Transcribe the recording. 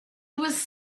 was